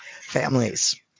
families